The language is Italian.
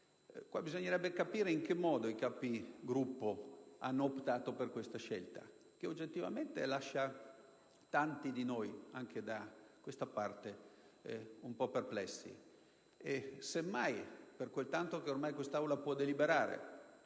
Bisognerebbe capire in che modo i Capigruppo hanno optato per questa scelta, che oggettivamente lascia tanti di noi, anche da questa parte, un po' perplessi. Pertanto, semmai, per quel tanto che ormai quest'Aula può deliberare